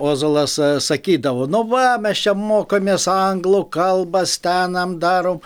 ozolas sakydavo nu va mes čia mokomės anglų kalbą stenam darom